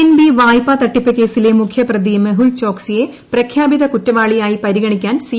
എൻബി വായ്പാ തട്ടിപ്പ് കേസിലെ മുഖ്യപ്രതി മെഹുൽ ചോക്സിയെ പ്രഖ്യാപിത കുറ്റവാളിയായി പരിഗണിക്കാൻ സി